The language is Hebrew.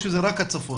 או שזה רק הצפון?